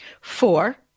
Four